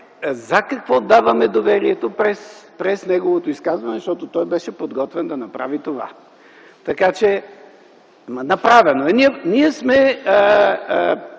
за какво даваме доверието през неговото изказване, защото той беше подготвен да направи това. Така че е направено. Ние сме